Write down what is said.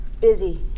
Busy